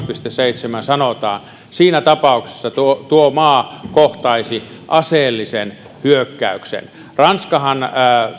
piste seitsemään sanotaan siinä tapauksessa että tuo maa kohtaisi aseellisen hyökkäyksen ranskahan